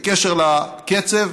בקשר לקצב,